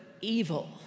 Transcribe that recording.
evil